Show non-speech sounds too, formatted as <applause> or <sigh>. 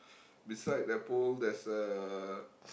<breath> beside that pole there's a